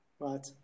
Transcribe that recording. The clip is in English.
right